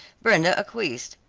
brenda acquiesced.